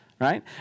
Right